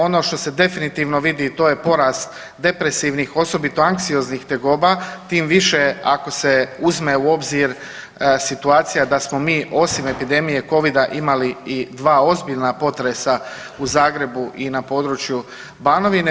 Ono što se definitivno vidi i to je porast depresivnih osobito anksioznih tegoba tim više ako se uzme u obzir situacija da smo mi osim epidemije Covid-a imali i dva ozbiljna potresa u Zagrebu i na području Banovine.